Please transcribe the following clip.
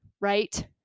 right